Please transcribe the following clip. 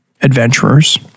adventurers